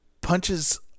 punches